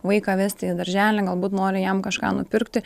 vaiką vesti į darželį galbūt nori jam kažką nupirkti